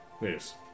Yes